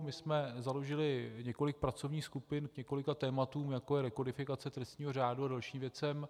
My jsme založili několik pracovních skupin k několika tématům, jako je rekodifikace trestního řádu a dalším věcem.